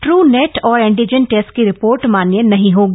Drew net और antigen test की report मान्य नहीं होगी